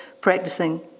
practicing